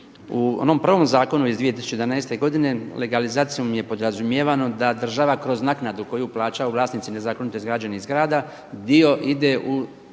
U onom prvom zakonu iz 2011. godine legalizacijom je podrazumijevano da država kroz naknadu koju plaćaju vlasnici nezakonito izgrađeni zgrada dio ide u